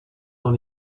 dans